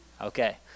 Okay